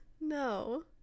No